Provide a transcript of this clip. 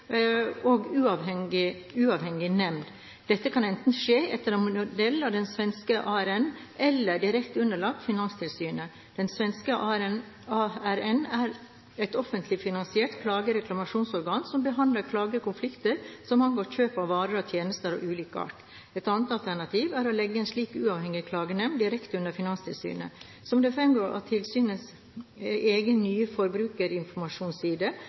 og uavhengig nemnd. Dette kan enten skje etter modell av den svenske ARN, Allmänna reklamationsnämnden, eller direkte underlagt Finanstilsynet. Den svenske ARN er et offentlig finansiert klage-/reklamasjonsorgan som behandler klager/konflikter som angår kjøp av varer og tjenester av ulik art. Et annet alternativ er å legge en slik uavhengig klagenemnd direkte under Finanstilsynet. Som det fremgår av tilsynets egen